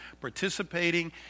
participating